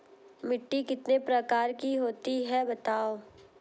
मिट्टी कितने प्रकार की होती हैं बताओ?